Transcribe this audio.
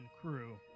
crew